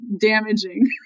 damaging